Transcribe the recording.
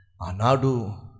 Anadu